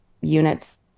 units